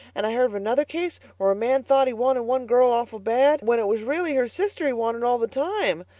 and i heard of another case where a man thought he wanted one girl awful bad when it was really her sister he wanted all the time.